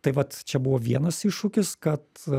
tai vat čia buvo vienas iššūkis kad